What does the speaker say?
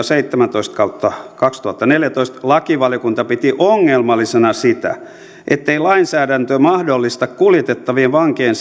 seitsemäntoista kautta kaksituhattaneljätoista lakivaliokunta piti ongelmallisena sitä ettei lainsäädäntö mahdollista kuljetettavien vankien